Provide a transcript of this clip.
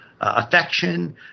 affection